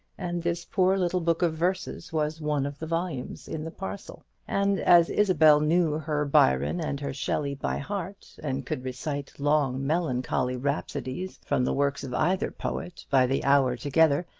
and this poor little book of verses was one of the volumes in the parcel and as isabel knew her byron and her shelley by heart, and could recite long melancholy rhapsodies from the works of either poet by the hour together,